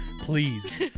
Please